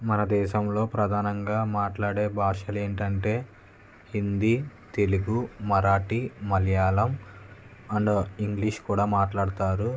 మన దేశంలో ప్రధానంగా మాట్లాడే భాషలు ఏంటంటే హిందీ తెలుగు మరాఠీ మలయాళం అండ్ ఇంగ్లీష్ కూడా మాట్లాడతారు